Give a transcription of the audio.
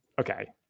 okay